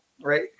right